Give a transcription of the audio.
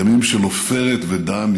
ימים של עופרת ודם,